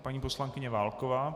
Paní poslankyně Válková.